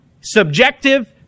subjective